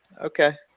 Okay